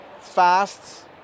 fast